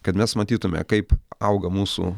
kad mes matytume kaip auga mūsų